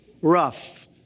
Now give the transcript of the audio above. rough